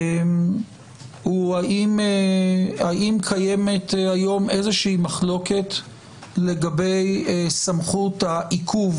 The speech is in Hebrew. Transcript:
היא האם קיימת היום איזושהי מחלוקת לגבי סמכות העיכוב